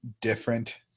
different